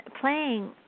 playing